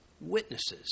Witnesses